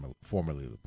formerly